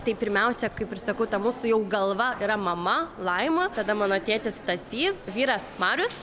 tai pirmiausia kaip ir sakau ta mūsų jau galva yra mama laima tada mano tėtis stasys vyras marius